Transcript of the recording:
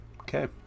Okay